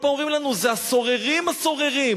כל פעם אומרים לנו: זה הסוררים, הסוררים.